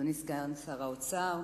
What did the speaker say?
אדוני סגן שר האוצר,